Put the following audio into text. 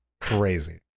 crazy